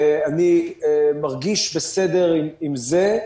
אני מרגיש בסדר עם זה.